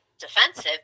defensive